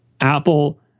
Apple